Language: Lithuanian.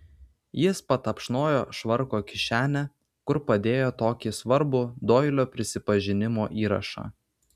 jis patapšnojo švarko kišenę kur padėjo tokį svarbų doilio prisipažinimo įrašą